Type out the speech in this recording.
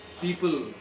people